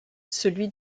celui